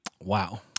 Wow